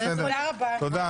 אושרה העברה לוועדה לביטחון פנים.